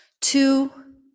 Two